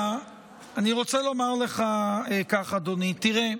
רוצה לומר לך כך, אדוני: תראה,